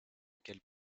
auquel